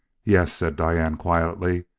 yes, said diane quietly,